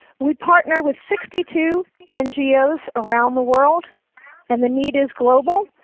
we partner with sixty two ngos around the world and the need is global.